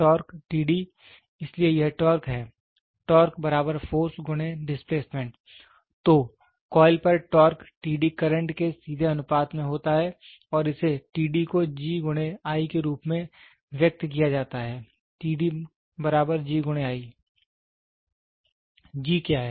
torque इसलिए यह torque है टॉर्क फोर्स × डिस्प्लेसमेंट तो कॉइल पर टॉर्क करंट से सीधे अनुपात में होता है और इसे को G × I के रूप में व्यक्त किया जाता है G × I G क्या है